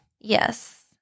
Yes